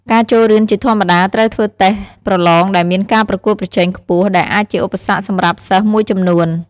ការចូលរៀនជាធម្មតាត្រូវធ្វើតេស្តប្រឡងដែលមានការប្រកួតប្រជែងខ្ពស់ ដែលអាចជាឧបសគ្គសម្រាប់សិស្សមួយចំនួន។